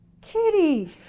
Kitty